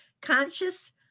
conscious